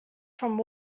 from